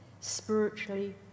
spiritually